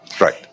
right